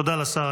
תודה לשר.